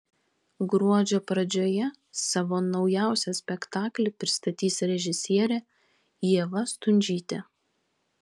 gruodžio pradžioje savo naujausią spektaklį pristatys režisierė ieva stundžytė